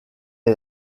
est